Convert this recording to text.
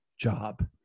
job